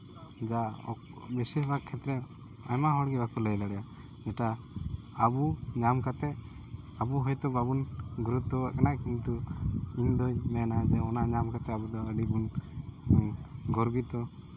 ᱡᱟ ᱵᱮᱥᱤᱨ ᱵᱷᱟᱜᱽ ᱠᱷᱮᱛᱨᱮ ᱟᱭᱢᱟ ᱦᱚᱲᱜᱮ ᱵᱟᱠᱚ ᱞᱟᱹᱭ ᱫᱟᱲᱮᱭᱟᱜᱼᱟ ᱡᱮᱴᱟ ᱟᱵᱚ ᱧᱟᱢ ᱠᱟᱛᱮᱫ ᱟᱵᱚ ᱜᱮᱛᱚ ᱵᱟᱵᱚᱱ ᱜᱩᱨᱩᱛᱛᱚᱭᱟᱜ ᱠᱟᱱᱟ ᱠᱤᱱᱛᱩ ᱤᱧᱫᱩᱧ ᱢᱮᱱᱟ ᱡᱮ ᱚᱱᱟ ᱧᱟᱢ ᱠᱟᱛᱮᱫ ᱟᱵᱚ ᱫᱚ ᱟᱹᱰᱤ ᱵᱚᱱ ᱜᱚᱨᱵᱤᱛᱚ